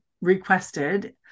requested